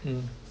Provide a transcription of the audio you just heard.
mm